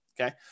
Okay